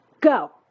go